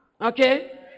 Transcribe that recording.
Okay